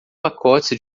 pacotes